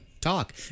talk